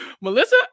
Melissa